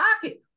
pocket